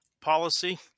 policy